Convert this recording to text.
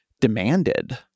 demanded